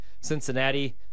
Cincinnati